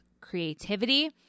creativity